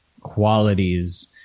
qualities